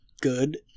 good